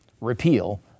repeal